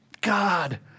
God